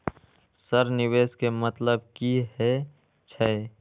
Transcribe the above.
Sir निवेश के मतलब की हे छे?